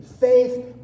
Faith